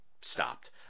stopped